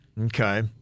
Okay